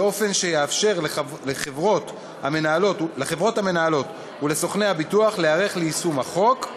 דבר שיאפשר לחברות המנהלות ולסוכני הביטוח להיערך ליישום החוק,